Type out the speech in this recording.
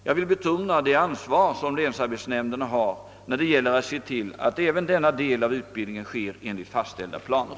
Jag vill betona det ansvar som länsarbetsnämnderna har när det gäller att se till att även denna del av utbildningen sker enligt fastställda planer.